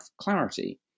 clarity